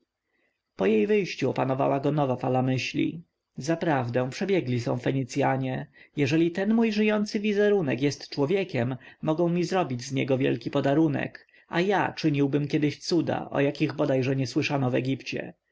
po jej wyjściu opanowała go nowa fala myśli zaprawdę przebiegli są fenicjanie jeżeli ten mój żyjący wizerunek jest człowiekiem mogą mi zrobić z niego wielki podarunek a ja czyniłbym kiedyś cuda o jakich bodaj że nie słyszano w egipcie